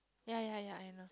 ya ya ya I know